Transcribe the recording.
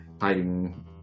hiding